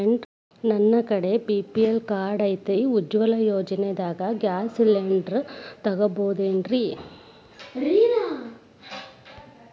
ನನ್ನ ಕಡೆ BPL card ಐತ್ರಿ, ಉಜ್ವಲಾ ಯೋಜನೆದಾಗ ಗ್ಯಾಸ್ ಸಿಲಿಂಡರ್ ತೊಗೋಬಹುದೇನ್ರಿ?